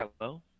Hello